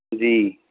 ਜੀ